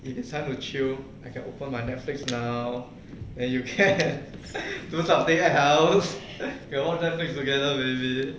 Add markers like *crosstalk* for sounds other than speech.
it is time to chill I can open my netflix now when you can *laughs* those up house now and watch netflix together maybe